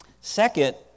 Second